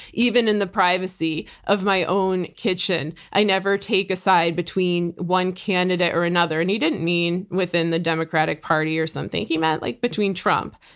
even in the privacy of my own kitchen, i never take aside between one candidate or another. and he didn't mean within the democratic party or something. he meant like between trump,